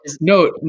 no